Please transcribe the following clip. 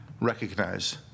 recognize